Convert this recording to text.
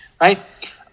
right